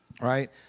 right